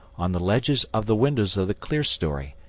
on the ledges of the windows of the clerestory,